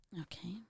Okay